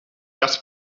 just